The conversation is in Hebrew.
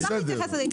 אני אשמח להתייחס לזה.